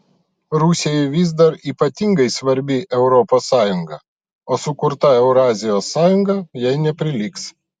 rusijai vis dar ypatingai svarbi europos sąjunga o sukurta eurazijos sąjunga jai neprilygs